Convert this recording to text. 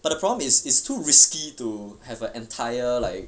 but the problem is it's it's too risky to have an entire like